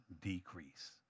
decrease